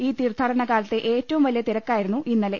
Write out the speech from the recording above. ഈ തീർത്ഥാടന കാലത്തെ ഏറ്റവും വലിയ തിരക്കായിരുന്നു ഇന്നലെ